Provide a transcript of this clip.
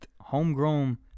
homegrown